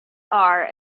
are